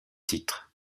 titres